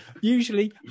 usually